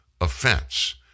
offense